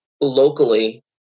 locally